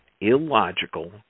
illogical